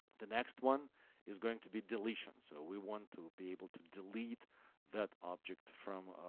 the next one is going to be deletion. so we want to be able to delete that object from